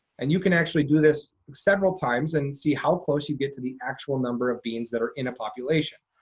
and you can actually do this several times and see how close you get to the actual number of beans that are in a population.